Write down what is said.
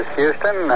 Houston